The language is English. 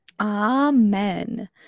Amen